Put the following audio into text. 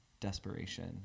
desperation